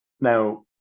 Now